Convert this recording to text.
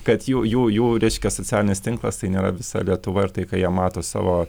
kad jų jų jų reiškias socialinis tinklas tai nėra visa lietuva ir tai ką jie mato savo